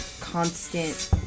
constant